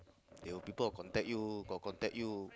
they will people contact you got contact you